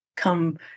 come